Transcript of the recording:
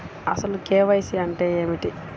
అసలు కే.వై.సి అంటే ఏమిటి?